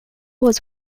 was